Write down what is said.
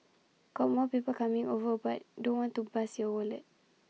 got more people coming over but don't want to bust your wallet